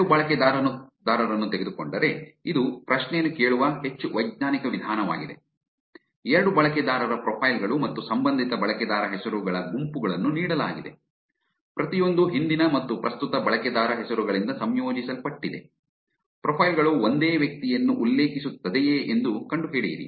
ಎರಡು ಬಳಕೆದಾರರನ್ನು ತೆಗೆದುಕೊಂಡರೆ ಇದು ಪ್ರಶ್ನೆಯನ್ನು ಕೇಳುವ ಹೆಚ್ಚು ವೈಜ್ಞಾನಿಕ ವಿಧಾನವಾಗಿದೆ ಎರಡು ಬಳಕೆದಾರರ ಪ್ರೊಫೈಲ್ ಗಳು ಮತ್ತು ಸಂಬಂಧಿತ ಬಳಕೆದಾರ ಹೆಸರುಗಳ ಗುಂಪುಗಳನ್ನು ನೀಡಲಾಗಿದೆ ಪ್ರತಿಯೊಂದೂ ಹಿಂದಿನ ಮತ್ತು ಪ್ರಸ್ತುತ ಬಳಕೆದಾರ ಹೆಸರುಗಳಿಂದ ಸಂಯೋಜಿಸಲ್ಪಟ್ಟಿದೆ ಪ್ರೊಫೈಲ್ ಗಳು ಒಂದೇ ವ್ಯಕ್ತಿಯನ್ನು ಉಲ್ಲೇಖಿಸುತ್ತದೆಯೇ ಎಂದು ಕಂಡುಹಿಡಿಯಿರಿ